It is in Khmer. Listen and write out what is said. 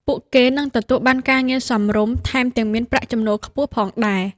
ពួកគេនឹងទទួលបានការងារសមរម្យ ថែមទាំងមានប្រាក់ចំណូលខ្ពស់ផងដែរ។